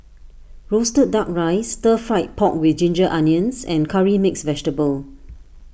Roasted Duck Rice Stir Fried Pork with Ginger Onions and Curry Mixed Vegetable